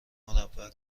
مربع